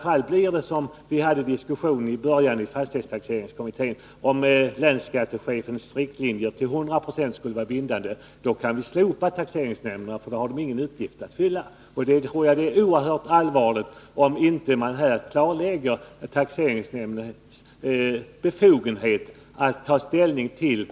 Om länsskattechefernas 20 mars 1981 riktlinjer skulle vara till 100 26 bindande, vilket vi diskuterade i fastighetstaxeringskommittén i början av vårt arbete — kan vi slopa taxeringsnämnderna. Då har de ingen uppgift att fylla. Och jag tror att det är oerhört allvarligt om man inte här klarlägger taxeringsnämndernas befogenhet att ta ställning till